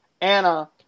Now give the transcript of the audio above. Anna